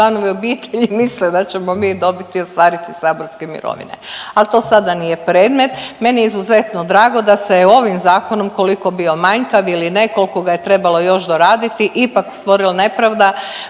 članovi obitelji misle da ćemo mi dobiti, ostvariti saborske mirovine. Ali to sada nije predmet. Meni je izuzetno drago da se ovim zakonom koliko bio manjkav ili ne, koliko ga je trebalo još doraditi ipak stvorila nepravda